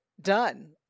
Done